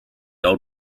old